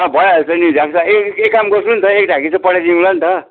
भइहाल्छ नि त एक काम गर्छु नि त एक ढाकी चाहिँ पठाइदिउँला नि त